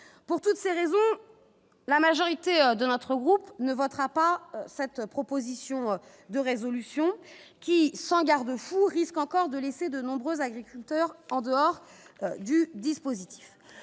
pour toutes ces raisons, la majorité de notre groupe ne votera pas cette proposition de résolution qui sans garde-fous risque encore de laisser de nombreux agriculteurs en dehors du dispositif,